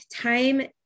time